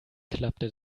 klappte